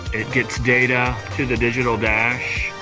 it gets data to the digital dash.